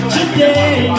Today